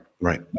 Right